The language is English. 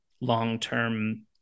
long-term